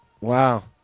Wow